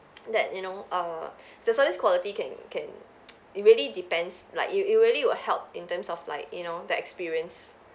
that you know err the service quality can can it really depends like it it really will help in terms of like you know that experience